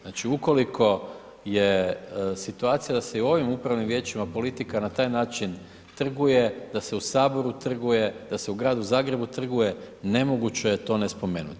Znači ukoliko je situacija da se i u ovim upravnim vijećima politika na taj način trguje, da se u Saboru trguje, da se u Gradu Zagrebu trguje nemoguće je to ne spomenuti.